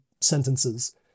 sentences